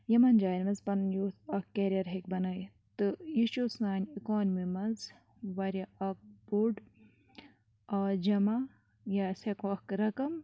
یِمَن جایَن منٛز پںُن یوٗتھ اَکھ کیریَر ہیٚکہِ بنٲیِتھ تہٕ یہِ چھُ سانہِ اِکانمی منٛز واریاہ اَکھ بوٚڑ جمع یا أسۍ ہٮ۪کو اَکھ رقم